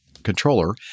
controller